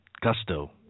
gusto